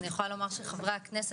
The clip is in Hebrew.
אני יכולה לומר שחברי הכנסת,